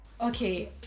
Okay